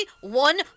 one